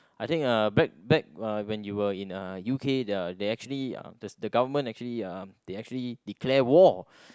I think uh back back uh when you were in a U_K they are they actually the government actually uh they actually declare war